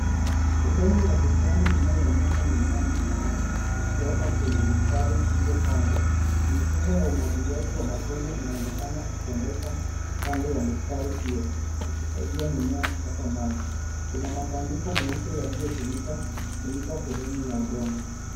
Sehemu ya bustani inayoonyesha mimea michanga ikiota kwenye mistari iliyopangwa , mifumo ya umwagilia wa matone inaonekana ikiendesha kando ya mistari hiyo ikisaidia mimea kupata maji, kuna matandiko meupe yaliyotumika kufunika sehemu ya udongo.